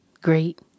great